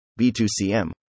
B2CM